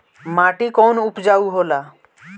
माटी कौन उपजाऊ होला?